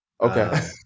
Okay